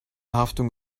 haftung